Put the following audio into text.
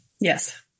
Yes